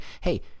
hey